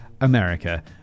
america